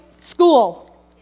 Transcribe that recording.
School